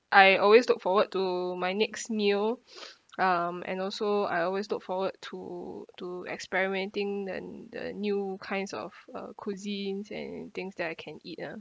I always look forward to my next meal um and also I always look forward to to experimenting the the new kinds of uh cuisines and things that I can eat ah